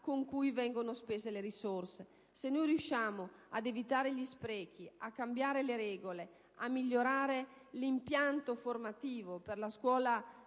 stesse vengono spese. Se riusciamo ad evitare gli sprechi, a cambiare le regole, a migliorare l'impianto formativo per la scuola